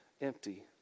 empty